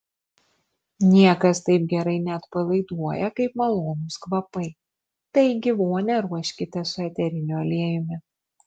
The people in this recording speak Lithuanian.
niekas taip gerai neatpalaiduoja kaip malonūs kvapai taigi vonią ruoškite su eteriniu aliejumi